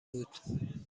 بود